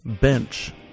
BENCH